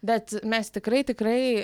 bet mes tikrai tikrai